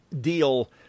deal